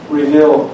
reveal